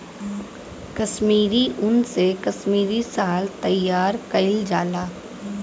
कसमीरी उन से कसमीरी साल तइयार कइल जाला